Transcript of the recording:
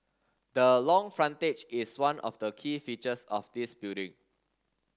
the long frontage is one of the key features of this building